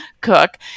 cook